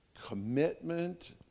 commitment